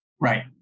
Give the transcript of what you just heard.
Right